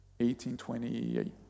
1828